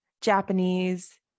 Japanese